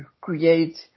create